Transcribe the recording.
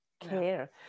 care